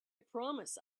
promise